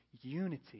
unity